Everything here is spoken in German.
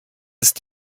ist